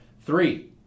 three